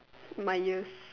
my ears